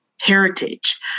heritage